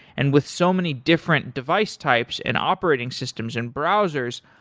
and with so many different device types and operating systems and browsers,